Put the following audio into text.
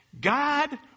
God